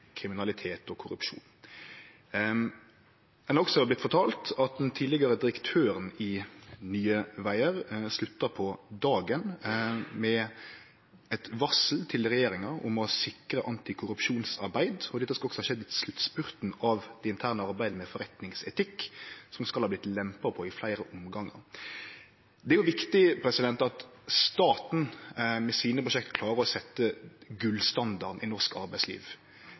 kriminalitet og korrupsjon. Til avisa vart det også fortalt at den tidlegare direktøren i Nye Vegar slutta på dagen med eit varsel til regjeringa om å sikre antikorrupsjonsarbeidet. Dette skal ha skjedd i sluttspurten av det interne arbeidet med forretningsetikk, som skal ha vorte lempa på i fleire omgangar. Det er viktig at staten med sine prosjekt klarer å setje gullstandarden i norsk arbeidsliv.